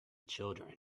children